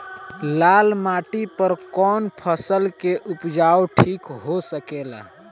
लाल माटी पर कौन फसल के उपजाव ठीक हो सकेला?